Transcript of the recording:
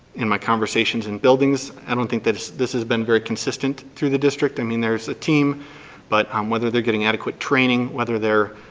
in my conversations in buildings, i don't think that this has been very consistent through the district. i mean, there's a team but um whether they're getting adequate training, whether they're